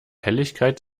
helligkeit